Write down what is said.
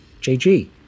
jg